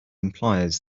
implies